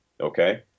okay